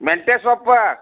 ಮೆಂತೆಸೊಪ್ಪು